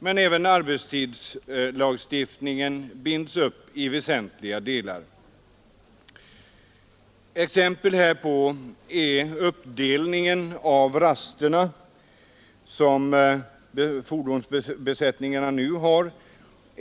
Men även arbetstidslagstiftningen binds upp i väsentliga delar. Exempel härpå är den uppdelning av rasterna som fordonsbesättningarna nu har.